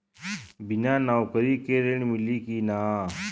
बिना नौकरी के ऋण मिली कि ना?